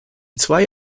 zwei